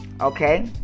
Okay